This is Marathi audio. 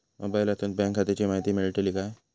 मोबाईलातसून बँक खात्याची माहिती मेळतली काय?